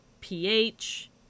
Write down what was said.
pH